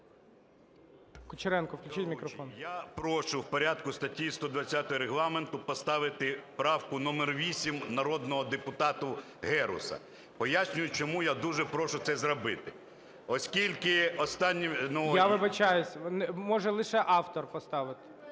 Я вибачаюсь, може лише автор поставити.